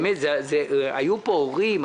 באמת, היו פה הורים.